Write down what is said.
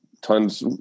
tons